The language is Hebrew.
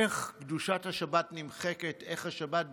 איך קדושת השבת נמחקת, איך השבת בירושלים,